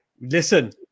listen